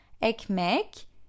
ekmek